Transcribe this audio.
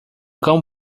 cão